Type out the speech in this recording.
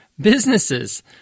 businesses